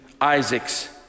Isaac's